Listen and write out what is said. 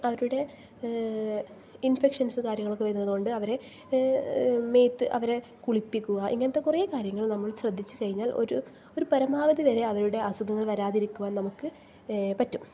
അവരുടെ ഇൻഫക്ഷൻസ് കാര്യങ്ങളൊക്കെ വരുന്നത് കൊണ്ട് അവരെ മേത്ത് അവരെ കുളിപ്പിക്കുക ഇങ്ങനത്തെ കുറേ കാര്യങ്ങൾ നമ്മൾ ശ്രദ്ധിച്ചു കഴിഞ്ഞാൽ ഒരു പരമാവധി വരെ അവരുടെ അസുഖങ്ങൾ വരാതിരിക്കാൻ നമുക്ക് പറ്റും